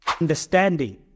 Understanding